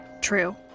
True